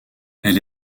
elle